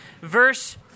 verse